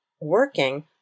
working